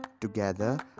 together